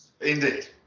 Indeed